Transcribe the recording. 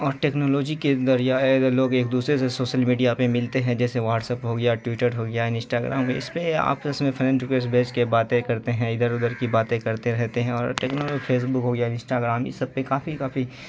اور ٹیکنالوجی کے ذریعہ اگر لوگ ایک دوسرے سے سوشل میڈیا پہ ملتے ہیں جیسے واٹسپ ہو گیا ٹیوٹر ہو گیا انسٹاگرام ہوئے اس پہ آپس میں فرینڈ ریکویسٹ بھیج کے باتیں کرتے ہیں ادھر ادھر کی باتیں کرتے رہتے ہیں اور ٹیکنالو فیس بک ہو گیا انسٹاگرام ان سب پہ کافی کافی